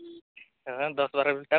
ᱫᱚᱥ ᱵᱟᱨᱳ ᱞᱤᱴᱟᱨ